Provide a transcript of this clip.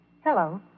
Hello